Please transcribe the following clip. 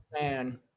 man